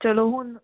ਚਲੋ ਹੁਣ